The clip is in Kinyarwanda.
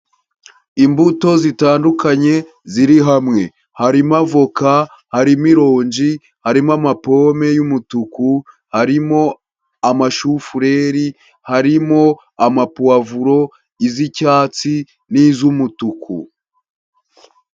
Imbuto zitandukanye ziri hamwe, harimo avoka, harimo ironji, harimo amapome y'umutuku, harimo amashufureri, harimo amapuwavuro, iz'icyatsi n'iz'umutuku.